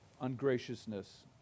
ungraciousness